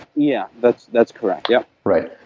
yeah. that's that's correct. yeah right.